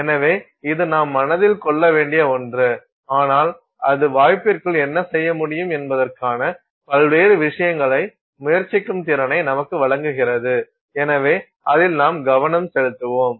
எனவே இது நாம் மனதில் கொள்ள வேண்டிய ஒன்று ஆனால் அது வாய்ப்பிற்குள் என்ன செய்ய முடியும் என்பதற்கான பல்வேறு விஷயங்களை முயற்சிக்கும் திறனை நமக்கு வழங்குகிறது எனவே அதில் நாம் கவனம் செலுத்துவோம்